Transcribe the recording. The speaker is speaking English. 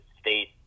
state